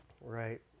Right